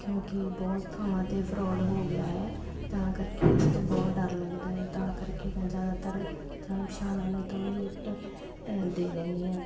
ਕਿਉਂਕਿ ਬਹੁਤ ਥਾਵਾਂ ਤੇ ਫਰੋਡ ਹੋ ਗਿਆ ਹੈ ਤਾਂ ਕਰਕੇ ਇਸ ਤੋਂ ਬਹੁਤ ਡਰ ਲੱਗਦਾ ਹ ਤਾਂ ਕਰਕੇ ਮੈਂ ਜਿਆਦਾਤਰ ਜਾਣ ਪਛਾਣ ਆਲੇ ਤੋਂ ਹੀ ਲਿਫਟ ਦੇ ਦਿੰਦੀ ਆ